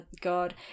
God